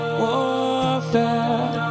warfare